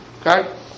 Okay